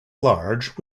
large